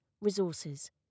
resources